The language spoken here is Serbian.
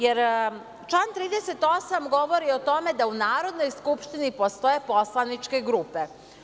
Jer, član 38. govori o tome da u Narodnoj skupštini postoje poslaničke grupe.